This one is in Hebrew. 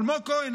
אלמוג כהן,